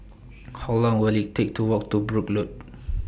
How Long Will IT Take to Walk to Brooke Road